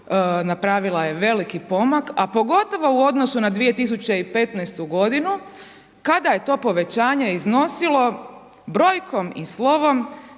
napravila je veliki pomak, a pogotovo u odnosu na 2015. godinu, kada je to povećanje iznosilo brojkom i slovom